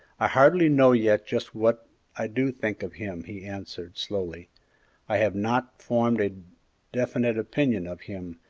i hardly know yet just what i do think of him, he answered, slowly i have not formed a definite opinion of him,